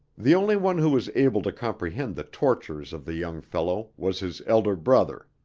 the only one who was able to comprehend the tortures of the young fellow was his elder brother.